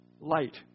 light